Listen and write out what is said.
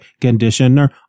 conditioner